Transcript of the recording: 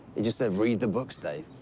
he just said read the books, dave.